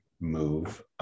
move